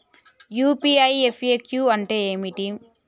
UPI FAQ అంటే ఏమిటి?